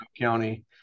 county